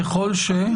ככל שמה?